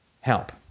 help